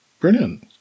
Brilliant